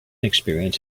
experience